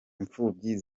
imfubyi